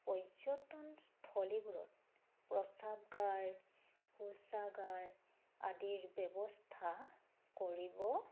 পৰ্যটনস্থলীবোৰত প্ৰস্ৰাৱগাৰ শৌচাগাৰ আদিৰ ব্যৱস্থা কৰিব